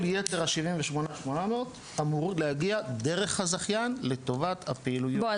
כל יתר ה-78.8 אמורים להגיע דרך הזכיין לטובת הפעילויות --- בוא,